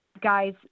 guys